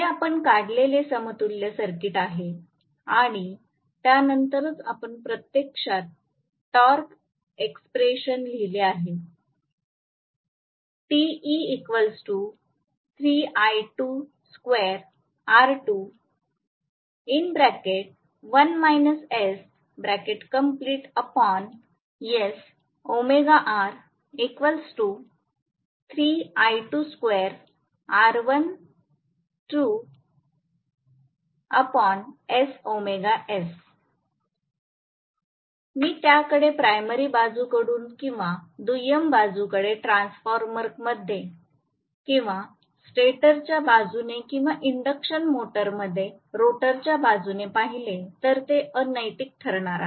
हे आपण काढलेले समतुल्य सर्किट आहे आणि त्यानंतरच आपण प्रत्यक्षात टॉर्क एक्सप्रेशन लिहिले आहे मी त्याकडे प्राइमरी बाजूकडून किंवा दुय्यम बाजूकडे ट्रान्सफॉर्मरमध्ये किंवा स्टेटरच्या बाजूने किंवा इंडक्शन मोटरमध्ये रोटरच्या बाजूने पाहिले तर ते अनैतिक ठरणार आहे